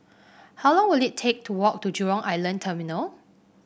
how long will it take to walk to Jurong Island Terminal